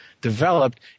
developed